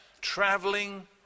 traveling